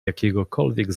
jakiegokolwiek